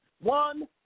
One